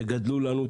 תגדלו לנו,